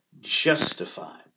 justified